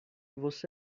você